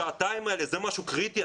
השעתיים האלה זה משהו קריטי?